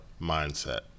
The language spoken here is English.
mindset